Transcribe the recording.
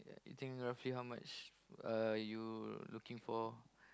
you think roughly how much uh you looking for